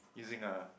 using a